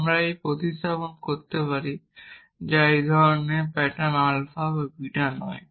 আমরা এটি প্রতিস্থাপন করতে পারি যা ধরণের প্যাটার্ন আলফা বা বিটা নয়